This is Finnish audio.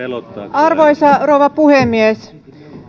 arvoisa rouva puhemies